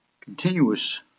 continuous